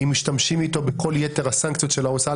אם משתמשים איתו בכל יתר הסנקציות של ההוצאה